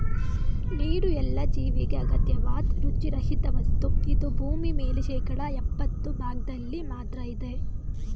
ನೀರುಎಲ್ಲ ಜೀವಿಗೆ ಅಗತ್ಯವಾದ್ ರುಚಿ ರಹಿತವಸ್ತು ಇದು ಭೂಮಿಮೇಲೆ ಶೇಕಡಾ ಯಪ್ಪತ್ತು ಭಾಗ್ದಲ್ಲಿ ಮಾತ್ರ ಇದೆ